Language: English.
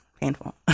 painful